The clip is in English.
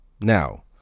now